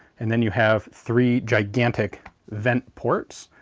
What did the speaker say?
and then you have three gigantic vent ports,